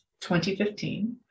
2015